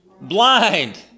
blind